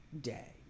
day